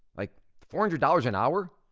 like four hundred dollars an hour.